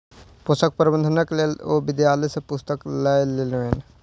पोषक प्रबंधनक लेल ओ विद्यालय सॅ पुस्तक लय लेलैन